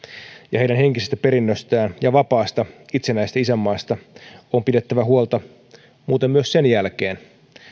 ja heidän henkisestä perinnöstään ja vapaasta itsenäisestä isänmaasta on muuten pidettävä huolta myös sen jälkeen